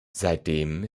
seitdem